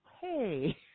hey